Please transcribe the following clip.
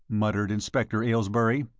muttered inspector aylesbury.